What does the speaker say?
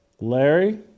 larry